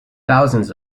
thousands